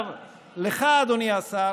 לך, אדוני השר,